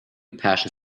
passion